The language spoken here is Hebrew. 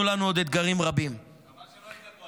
לנו עוד אתגרים רבים -- חבל שלא היית פה,